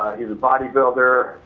he's a bodybuilder,